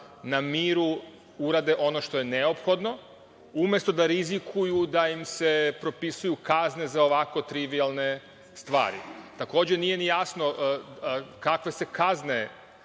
na miru urade ono što je neophodno, umesto da rizikuju da im se propisuju kazne za ovako trivijalne stvari. Takođe, nije mi jasno kakve se kazne